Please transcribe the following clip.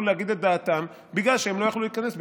להגיד את דעתם בגלל שהם לא יכלו להיכנס,